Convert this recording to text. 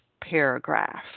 paragraph